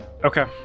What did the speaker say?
Okay